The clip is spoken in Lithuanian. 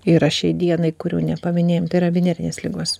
yra šiai dienai kurių nepaminėjom tai yra venerinės ligos